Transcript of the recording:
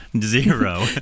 Zero